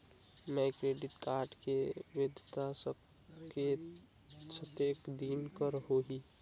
मोर credit card के वैधता कतेक दिन कर होही?